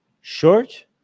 short